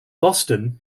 boston